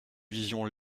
vision